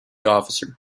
officer